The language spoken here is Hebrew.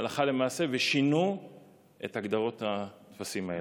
הלכה למעשה ושינו את הגדרות הטפסים האלה.